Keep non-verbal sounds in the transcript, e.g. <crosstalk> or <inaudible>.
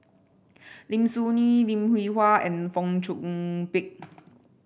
Lim Soo Ngee Lim Hwee Hua and Fong Chong Pik <noise>